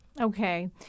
Okay